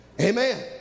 Amen